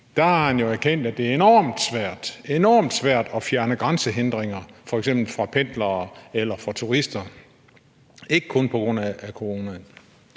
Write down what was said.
har han jo erkendt, at det er enormt svært at fjerne grænsehindringer f.eks. for pendlere og turister. Det er ikke kun på grund af corona.